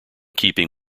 keeping